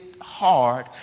hard